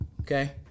okay